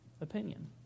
opinion